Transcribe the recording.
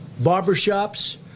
barbershops